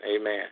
amen